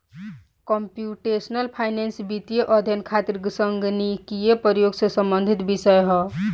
computational finance वित्तीय अध्ययन खातिर संगणकीय प्रयोग से संबंधित विषय ह